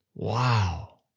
Wow